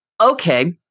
Okay